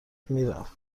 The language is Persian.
میرفت